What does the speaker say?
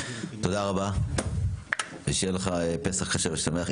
תודה רבה ושיהיה לך פסח כשר ושמח.